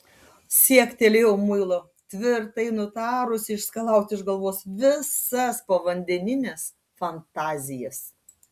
siektelėjau muilo tvirtai nutarusi išskalauti iš galvos visas povandenines fantazijas